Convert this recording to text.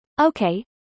Okay